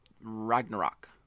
Ragnarok